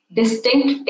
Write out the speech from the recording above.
distinct